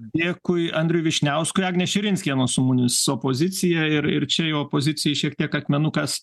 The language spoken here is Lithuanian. dėkui andriui vyšniauskui agnė širinskienė su mumis opozicija ir ir čia opozicijai šiek tiek akmenukas